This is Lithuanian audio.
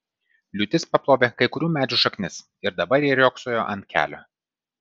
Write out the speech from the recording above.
liūtis paplovė kai kurių medžių šaknis ir dabar jie riogsojo ant kelio